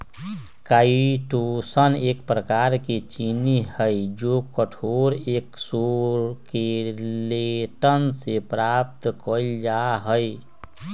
chitosan एक प्रकार के चीनी हई जो कठोर एक्सोस्केलेटन से प्राप्त कइल जा हई